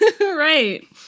Right